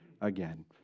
again